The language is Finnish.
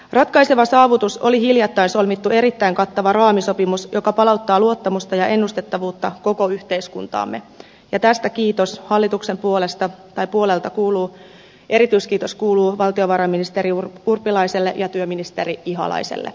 ratkaiseva saavutus oli hiljattain solmittu erittäin kattava raamisopimus joka palauttaa luottamusta ja ennustettavuutta koko yhteiskuntaamme ja tästä erityiskiitos hallituksen puolelta kuuluu valtiovarainministeri urpilaiselle ja työministeri ihalaiselle